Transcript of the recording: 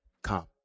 Come